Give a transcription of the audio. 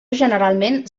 generalment